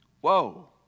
Whoa